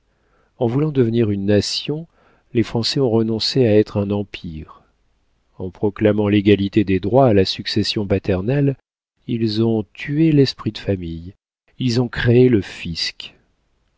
en voulant devenir une nation les français ont renoncé à être un empire en proclamant l'égalité des droits à la succession paternelle ils ont tué l'esprit de famille ils ont créé le fisc